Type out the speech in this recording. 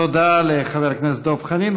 תודה לחבר הכנסת דב חנין.